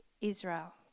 Israel